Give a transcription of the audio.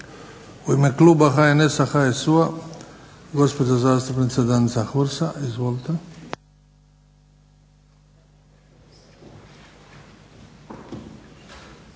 U ime kluba HNS-HSU-a gospođa zastupnica Danica Hursa. Izvolite. **Hursa,